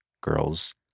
girls